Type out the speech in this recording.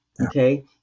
okay